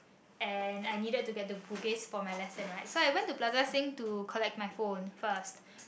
and I needed to get to Bugis for my lesson right so I went to Plaza Sing to collect my phone first